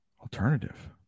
alternative